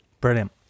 Brilliant